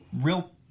real